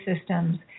systems